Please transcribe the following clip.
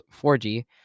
4G